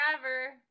forever